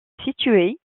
situé